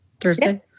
Thursday